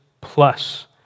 plus